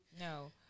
No